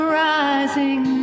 rising